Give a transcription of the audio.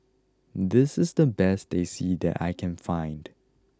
this is the best Teh C that I can find